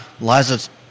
Liza